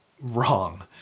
wrong